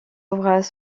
ouvrages